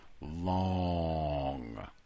long